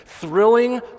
thrilling